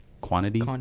quantity